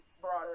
broader